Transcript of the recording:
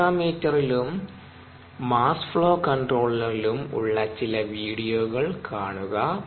റോട്ടാമീറ്ററിലും mass flow കൺട്രോളറിലും ഉള്ള ചില വീഡിയോകൾ കാണുക